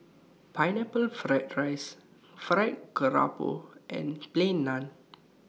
Pineapple Fried Rice Fried Garoupa and Plain Naan